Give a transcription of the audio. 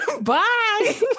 Bye